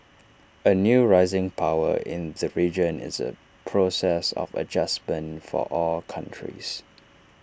A new rising power in the region is A process of adjustment for all countries